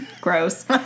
gross